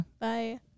Bye